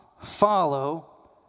follow